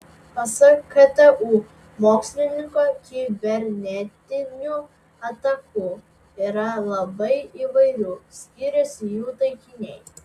pasak ktu mokslininko kibernetinių atakų yra labai įvairių skiriasi jų taikiniai